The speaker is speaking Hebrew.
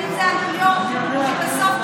האם זה עלויות שבסוף,